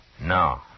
No